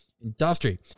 industry